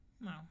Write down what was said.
No